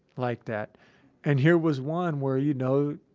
like that and here was one where, you know,